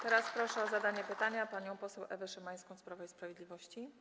Teraz proszę o zadanie pytania panią poseł Ewę Szymańską z Prawa i Sprawiedliwości.